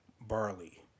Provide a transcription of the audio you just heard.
barley